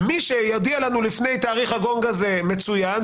מי שיודיע לנו לפני תאריך הגונג הזה מצוין,